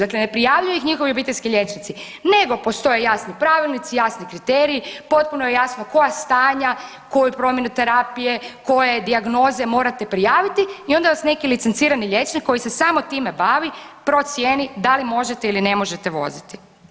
Dakle, ne prijavljuju ih njihovi obiteljski liječnici, nego postoje jasni pravilnici, jasni kriteriji, potpuno je jasno koja stanja, koju promjenu terapije, koje dijagnoze morate prijaviti i onda vas neki licencirani liječnik koji se samo time bavi procijeni da li možete ili ne možete voziti.